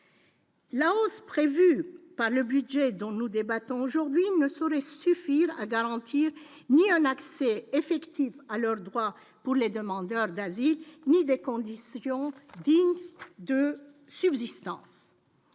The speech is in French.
La hausse prévue par le budget dont nous débattons aujourd'hui ne saurait suffire à garantir ni un accès effectif à leurs droits pour les demandeurs d'asile, ni des conditions dignes de subsistance,